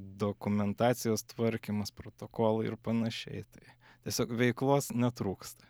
dokumentacijos tvarkymas protokolai ir panašiai tai tiesiog veiklos netrūksta